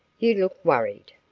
you look worried.